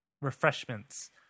refreshments